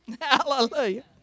Hallelujah